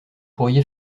pourriez